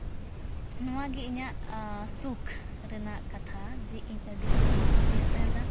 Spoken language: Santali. ᱱᱚᱣᱟᱜᱮ ᱤᱧᱟᱹᱜ ᱥᱩᱠ ᱨᱮᱱᱟᱜ ᱠᱟᱛᱷᱟ ᱡᱮ ᱤᱧ ᱟᱹᱰᱤ ᱥᱚᱠᱛᱚᱧ ᱠᱩᱥᱤᱭᱟᱜ ᱛᱟᱦᱮᱱᱟ